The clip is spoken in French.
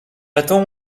attend